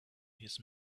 his